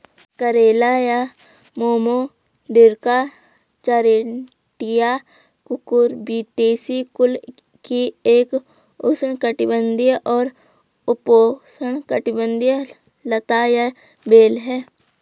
करेला या Momordica charantia Cucurbitaceae कुल की एक उष्णकटिबंधीय और उपोष्णकटिबंधीय लता या बेल है